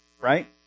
right